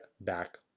back